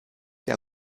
der